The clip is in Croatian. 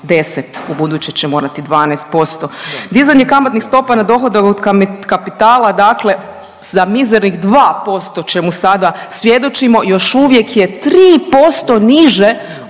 10, ubuduće će morati 12%. Dizanje kamatnih stopa na dohodak od kapitala dakle za mizernih 2%, čemu sada svjedočimo još uvijek je 3% niže